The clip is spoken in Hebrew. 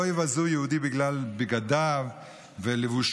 לא יבזו יהודי בגלל בגדיו ולבושו,